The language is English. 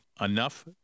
enough